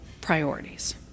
priorities